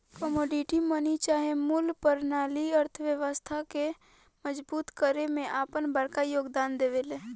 commodity money चाहे मूल परनाली अर्थव्यवस्था के मजबूत करे में आपन बड़का योगदान देवेला